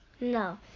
No